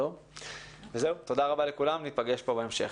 תודה רבה לכולם, ניפגש פה בהמשך.